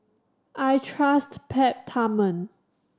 I trust Peptamen